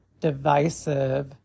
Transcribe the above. divisive